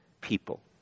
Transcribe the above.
people